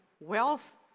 Wealth